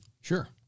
Sure